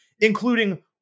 including